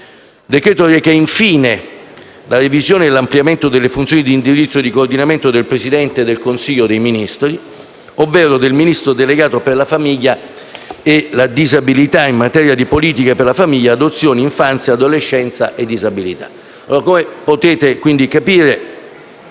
decreto-legge reca, infine, la revisione e l'ampliamento delle funzioni di indirizzo e di coordinamento del Presidente del Consiglio dei ministri, ovvero del Ministro delegato per la famiglia e la disabilità in materia di politiche per la famiglia, adozione, infanzia, adolescenza e disabilità.